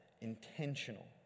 intentional